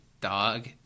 dog